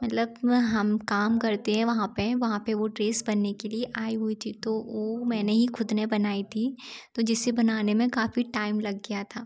मतलब हम काम करते हैं वहाँ पर वहाँ पर वो ड्रेस बनने के लिए आई हुई थी तो वो मैंने ही ख़ुद ने बनाई थी तो जिसे बनाने में काफ़ी टाइम लग गया था